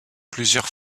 plusieurs